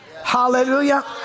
Hallelujah